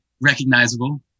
recognizable